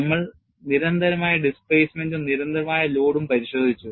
നമ്മൾ നിരന്തരമായ ഡിസ്പ്ലേസ്മെന്റും നിരന്തരമായ ലോഡും പരിശോധിച്ചു